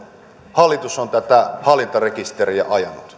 hallitus on tätä hallintarekisteriä